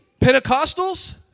Pentecostals